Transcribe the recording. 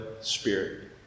spirit